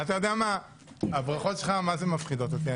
אתה יודע מה, הברכות שלך מפחידות אותי.